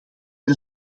met